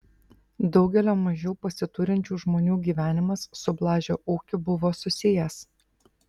daugelio mažiau pasiturinčių žmonių gyvenimas su blažio ūkiu buvo susijęs